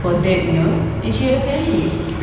for that you know and she had a family